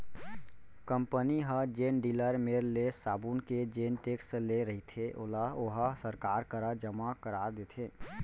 company ह जेन dealer मेर ले साबून के जेन टेक्स ले रहिथे ओला ओहा सरकार करा जमा करा देथे